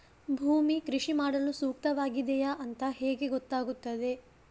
ಭೂಮಿ ಕೃಷಿ ಮಾಡಲು ಸೂಕ್ತವಾಗಿದೆಯಾ ಅಂತ ಹೇಗೆ ಗೊತ್ತಾಗುತ್ತದೆ?